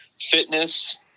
fitness